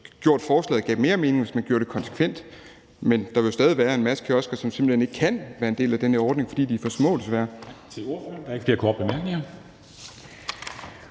ville have givet mere mening, hvis man gjorde det konsekvent, men der ville jo stadig være en masse kiosker, som simpelt hen ikke kunne være en del af den her ordning, fordi de desværre